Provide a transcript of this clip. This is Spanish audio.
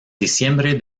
diciembre